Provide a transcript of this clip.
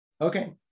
okay